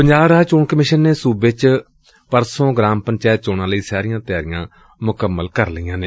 ਪੰਜਾਬ ਰਾਜ ਚੋਣ ਕਮਿਸ਼ਨ ਨੇ ਸੁਬੇ ਚ ਪਰਸੋ ਗਰਾਮ ਪੰਚਾਇਤ ਚੋਣਾਂ ਲਈ ਸਾਰੀਆਂ ਤਿਆਰੀਆਂ ਮੁਕੰਮਲ ਕਰ ਲਈਆਂ ਨੇ